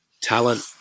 Talent